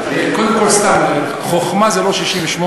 קודם כול, סתם אני אומר, חכמה זה לא 68,